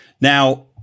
Now